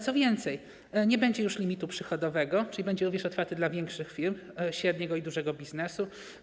Co więcej, nie będzie już limitu przychodowego, czyli będzie on również otwarty dla większych firm średniego i dużego biznesu.